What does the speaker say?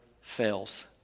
fails